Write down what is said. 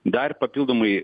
dar papildomai